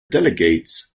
delegates